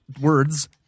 words